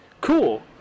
Cool